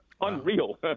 unreal